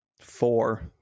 four